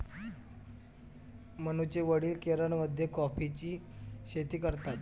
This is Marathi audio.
मनूचे वडील केरळमध्ये कॉफीची शेती करतात